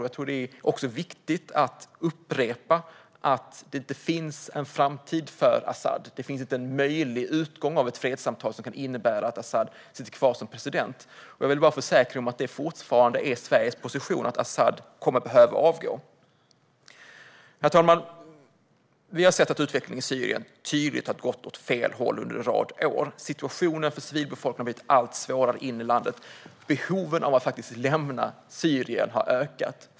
Jag tror att det är viktigt att upprepa att det inte finns någon framtid för Asad. Det finns inte en möjlig utgång av ett fredssamtal som kan innebära att Asad sitter kvar som president. Jag vill bara försäkra mig om att det fortfarande är Sveriges position att Asad kommer att behöva avgå. Herr talman! Vi har sett att utvecklingen i Syrien tydligt har gått åt fel håll under en rad år. Situationen för civilbefolkningen har blivit allt svårare inne i landet. Behoven av att lämna Syrien har ökat.